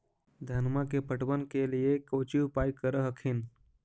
धनमा के पटबन के लिये कौची उपाय कर हखिन?